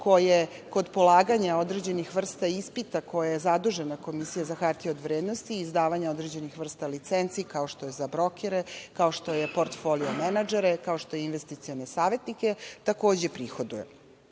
koje kod polaganja određenih vrsta ispita, za koje je zadužena Komisija za hartije od vrednosti, izdavanje određenih vrsta licenci, kao što je za brokere, kao što je portfolio menadžere, kao što su investicioni savetnici, takođe prihoduje. Inače,